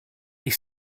ich